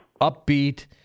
upbeat